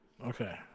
Okay